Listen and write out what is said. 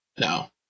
no